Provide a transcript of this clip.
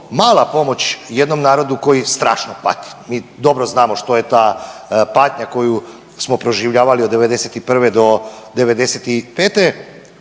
mala pomoć jednom narodu koji strašno pati. Mi dobro znamo što je ta patnja koju smo proživljavali od '91. do '95.